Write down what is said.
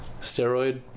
steroid